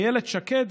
אילת שקד,